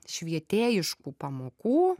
švietėjiškų pamokų